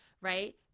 right